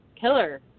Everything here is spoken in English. killer